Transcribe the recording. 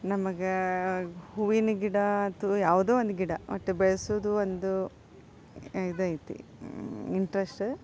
ನಮಗೆ ಹೂವಿನ ಗಿಡ ಅಥವಾ ಯಾವುದೋ ಒಂದು ಗಿಡ ಒಟ್ಟು ಬೆಳೆಸೋದು ಒಂದು ಇದೈತೆ ಇಂಟ್ರೆಸ್ಟ್